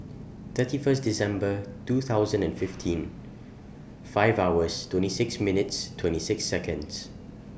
thirty First December two thousand and fifteen five hours twenty six minuets twenty six Seconds